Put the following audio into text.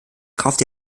kaufte